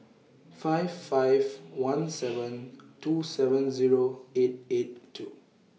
five five one seven two seven Zero eight eight two